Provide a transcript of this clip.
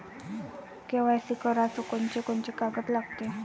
KYC कराच कोनचे कोनचे कागद लागते?